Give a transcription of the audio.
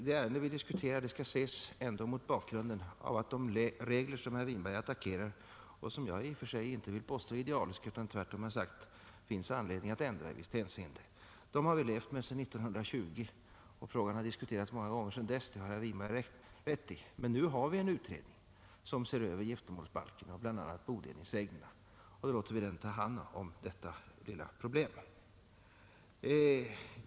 Det ärende vi diskuterar skall ändå ses mot bakgrunden av att vi har levt sedan 1920 med de regler som herr Winberg attackerar och som jag inte vill påstå är idealiska — tvärtom har jag sagt att det finns anledning att ändra dem i visst hänseende. Att frågan har diskuterats många gånger, har herr Winberg rätt i. Nu har vi en utredning som ser över giftermålsbalken och bl.a. bodelningsreglerna, och då låter vi den ta hand om detta lilla problem.